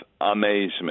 amazement